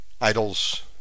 idols